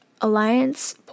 alliance